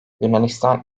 yunanistan